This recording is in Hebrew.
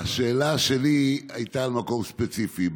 השאלה שלי הייתה על מקום ספציפי.